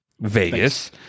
Vegas